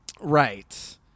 Right